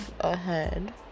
ahead